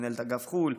מנהלת אגף חו"ל,